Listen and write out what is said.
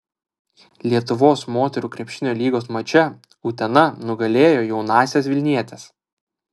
lietuvos moterų krepšinio lygos mače utena nugalėjo jaunąsias vilnietes